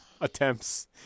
attempts